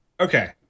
Okay